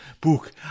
book